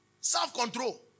Self-control